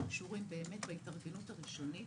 שקשורים להתארגנות הראשונית,